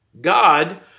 God